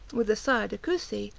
with the sire de coucy,